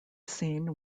scene